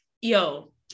Yo